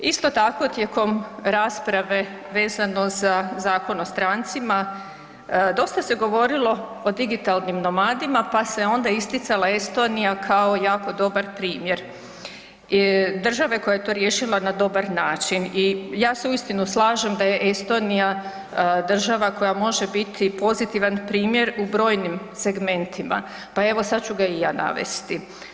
Isto tako tijekom rasprave vezano za Zakon o strancima, dosta se govorilo o digitalnim nomadima, pa se onda isticala Estonija kao jako dobar primjer države koja je to riješila na dobar način, i ja se uistinu slažem da je Estonija država koja može biti pozitivan primjer u brojnim segmentima, pa evo sad ću ga i ja navesti.